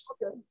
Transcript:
Okay